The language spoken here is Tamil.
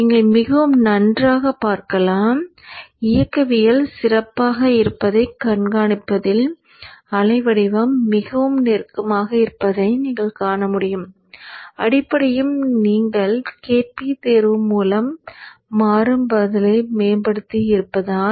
நீங்கள் மிகவும் நன்றாக பார்க்கலாம் இயக்கவியல் சிறப்பாக இருப்பதைக் கண்காணிப்பதில் அலை வடிவம் மிகவும் நெருக்கமாக இருப்பதை நீங்கள் காணமுடியும் அடிப்படையில் நீங்கள் Kp தேர்வு மூலம் மாறும் பதிலை மேம்படுத்தியிருப்பதால்